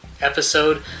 episode